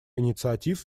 инициатив